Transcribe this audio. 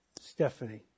Stephanie